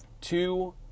two